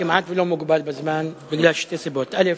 כמעט לא מוגבל בזמן בגלל שתי סיבות: א.